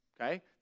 okay